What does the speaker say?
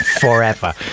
forever